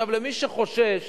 למי שחושש